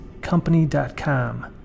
company.com